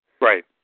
right